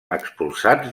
expulsats